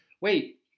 wait